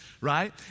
right